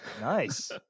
Nice